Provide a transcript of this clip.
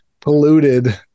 polluted